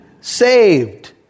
saved